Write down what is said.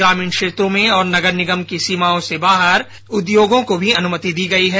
ग्रामीण क्षेत्रों में और नगर निगम की सीमाओं से बाहर उद्योगों को भी अनुमति दी गई है